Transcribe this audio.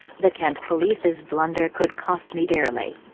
the kent police's blunder could cost me dearly.